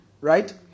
Right